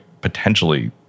potentially